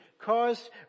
caused